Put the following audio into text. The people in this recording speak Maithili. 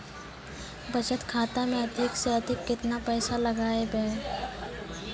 बचत खाता मे अधिक से अधिक केतना पैसा लगाय ब?